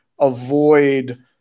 avoid